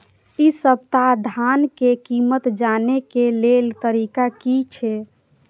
इ सप्ताह धान के कीमत जाने के लेल तरीका की छे?